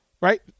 Right